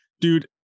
Dude